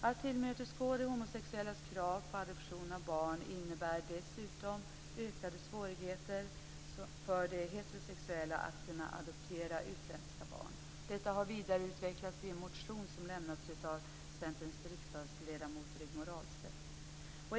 Att tillmötesgå de homosexuellas krav på adoption av barn innebär dessutom ökade svårigheter för de heterosexuella att adoptera utländska barn. Detta har vidareutvecklats i en motion som har väckts av Centerns riksdagsledamot Rigmor Ahlstedt.